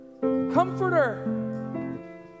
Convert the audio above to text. Comforter